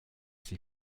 sie